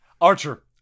Archer